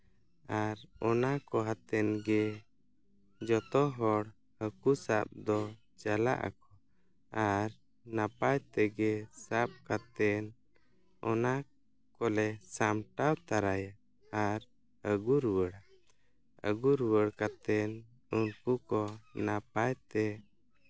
ᱟᱨ ᱚᱱᱟ ᱠᱚ ᱟᱛᱮᱫ ᱜᱮ ᱡᱚᱛᱚ ᱦᱚᱲ ᱦᱟᱹᱠᱩ ᱥᱟᱵ ᱫᱚ ᱪᱟᱞᱟᱜ ᱟᱠᱚ ᱟᱨ ᱱᱟᱯᱟᱭ ᱛᱮᱜᱮ ᱥᱟᱵ ᱠᱟᱛᱮᱫ ᱚᱱᱟ ᱠᱚᱞᱮ ᱥᱟᱢᱴᱟᱣ ᱛᱚᱨᱟᱭᱟ ᱟᱨ ᱟᱹᱜᱩ ᱨᱩᱣᱟᱹᱲᱟ ᱟᱹᱜᱩ ᱨᱩᱣᱟᱹᱲ ᱠᱟᱛᱮᱫ ᱩᱱᱠᱩ ᱠᱚ ᱱᱟᱯᱟᱭ ᱛᱮ